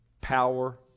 power